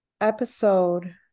episode